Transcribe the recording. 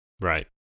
Right